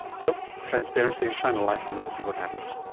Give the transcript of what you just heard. so, transparency, shine a light on it and see what happens.